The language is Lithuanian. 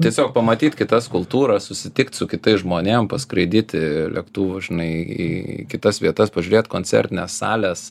tiesiog pamatyt kitas kultūras susitikt su kitais žmonėm paskraidyti lėktuvu žinai į kitas vietas pažiūrėt koncertines sales